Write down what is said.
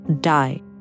die